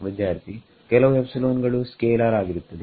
ವಿದ್ಯಾರ್ಥಿಕೆಲವು epsilon ಗಳು scalar ಆಗಿರುತ್ತದೆ